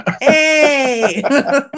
Hey